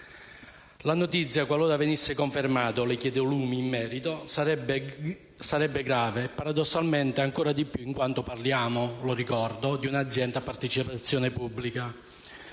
La notizia, qualora venisse confermata - e le chiedo lumi in merito - sarebbe grave, e paradossalmente ancora di più in quanto parliamo - lo ricordo - di un'azienda a partecipazione pubblica.